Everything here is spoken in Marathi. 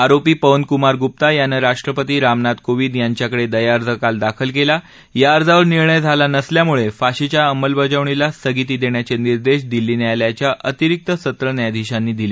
आरोपी पवनकुमार गुप्ता यानं राष्ट्रपती रामनाथ कोविंद यांच्याकडे दया अर्ज काल दाखल केला या अर्जावर निर्णय झाला नसल्यामुळे फाशीच्या अंमलबजावणीला स्थगिती देण्याचे निर्देश दिल्ली न्यायालयाच्या अतिरिक्त सत्र न्यायाधिशांनी दिले